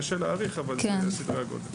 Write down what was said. קשה להעריך, אלה סדרי הגודל.